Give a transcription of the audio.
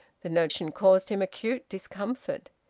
the notion caused him acute discomfort.